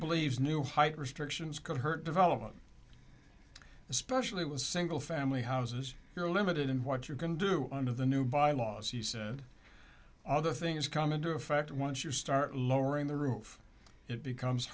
believes new height restrictions could hurt development especially with single family houses you're limited in what you can do under the new bylaws he said other things come into effect once you start lowering the roof it becomes